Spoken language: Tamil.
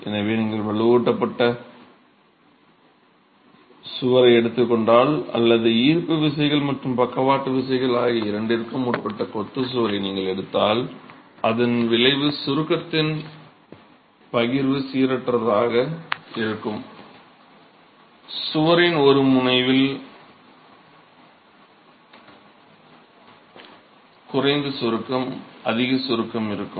எனவே நீங்கள் வலுவூட்டப்பட்ட சுவரை எடுத்துக் கொண்டால் அல்லது ஈர்ப்பு விசைகள் மற்றும் பக்கவாட்டு விசைகள் ஆகிய இரண்டிற்கும் உட்பட்ட கொத்து சுவரை நீங்கள் எடுத்தால் அதன் விளைவாக சுருக்கத்தின் பகிர்வு சீரற்றதாக இருக்கும் சுவரின் ஒரு முனையில் குறைந்த சுருக்கம் அதிக சுருக்கம் இருக்கும்